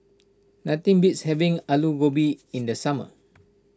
nothing beats having Alu Gobi in the summer